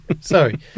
Sorry